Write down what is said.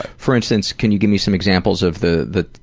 for instance, can you give me some examples of the the